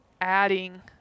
adding